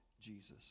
Jesus